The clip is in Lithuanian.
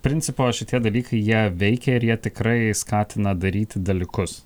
principo šitie dalykai jie veikia ir jie tikrai skatina daryti dalykus